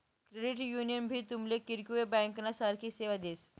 credit union भी तुमले किरकोय ब्यांकना सारखी सेवा देस